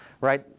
right